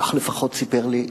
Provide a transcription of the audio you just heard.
כך לפחות סיפר לי אבי,